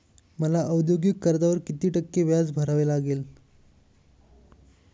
मला औद्योगिक कर्जावर किती टक्के व्याज भरावे लागेल?